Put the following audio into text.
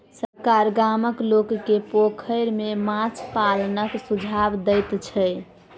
सरकार गामक लोक के पोखैर में माछ पालनक सुझाव दैत छै